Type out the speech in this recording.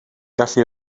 gallu